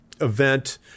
event